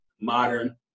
modern